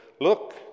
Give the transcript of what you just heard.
look